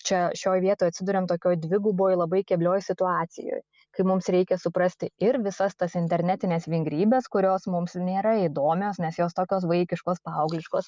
čia šioj vietoj atsiduriam tokioj dviguboj labai keblioj situacijoj kai mums reikia suprasti ir visas tas internetines vingrybes kurios mums nėra įdomios nes jos tokios vaikiškos paaugliškos